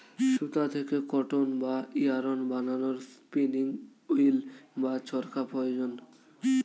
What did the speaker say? সুতা থেকে কটন বা ইয়ারন্ বানানোর স্পিনিং উঈল্ বা চরকা প্রয়োজন